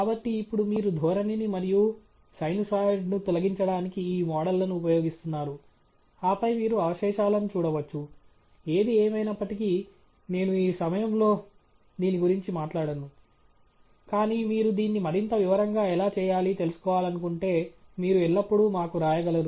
కాబట్టి ఇప్పుడు మీరు ధోరణిని మరియు సైనూసోయిడ్ను తొలగించడానికి ఈ మోడళ్లను ఉపయోగిస్తున్నారు ఆపై మీరు అవశేషాలను చూడవచ్చు ఏది ఏమైనప్పటికీ నేను ఈ సమయంలో దీని గురించి మాట్లాడను కానీ మీరు దీన్ని మరింత వివరంగా ఎలా చేయాలి తెలుసుకోవాలనుకుంటే మీరు ఎల్లప్పుడూ మాకు వ్రాయగలరు